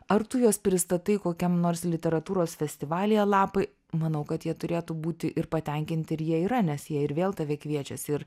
ar tu juos pristatai kokiam nors literatūros festivalyje lapai manau kad jie turėtų būti ir patenkinti ir jie yra nes jei ir vėl tave kviečiasi